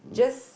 just